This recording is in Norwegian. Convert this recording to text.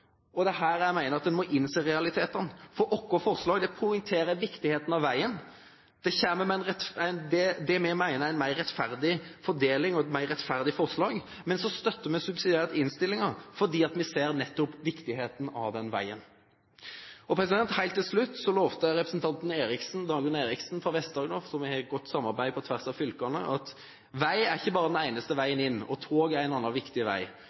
Det er her jeg mener man må innse realitetene. Vårt forslag poengterer viktigheten av veien, og vi mener det er et mer rettferdig forslag. Men vi støtter subsidiært innstillingen, for vi ser viktigheten av den veien. Helt til slutt: Jeg lovte representanten Dagrun Eriksen fra Vest-Agder – vi har et godt samarbeid på tvers av fylkene – å si: Vei er ikke den eneste veien inn, tog er en annen viktig vei.